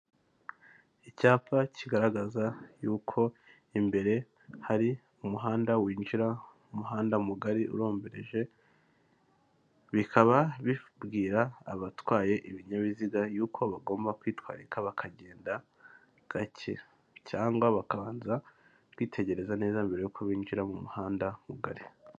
Icyapa kigaragaza y'uko imbere hari umuhanda winjira mu muhanda mugari uromboreje, bikaba bibwira abatwaye ibinyabiziga y'uko bagomba kwitwararika bakagenda gake cyangwa bakabanza kwitegereza neza mbere y'uko binjira mu muhanda mugari.